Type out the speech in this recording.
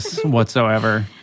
whatsoever